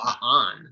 on